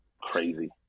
Crazy